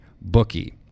bookie